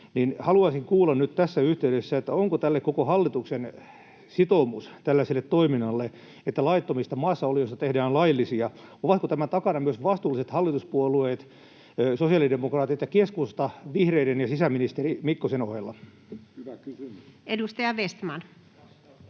haluaisin kuulla nyt tässä yhteydessä: Onko tällaiselle toiminnalle, että laittomista maassaolijoista tehdään laillisia, koko hallituksen sitoumus? Ovatko tämän takana myös vastuulliset hallituspuolueet, sosiaalidemokraatit ja keskusta, vihreiden ja sisäministeri Mikkosen ohella? Edustaja Vestman.